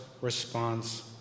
response